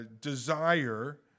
desire